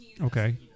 Okay